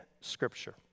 Scripture